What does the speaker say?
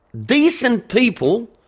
decent people,